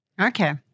Okay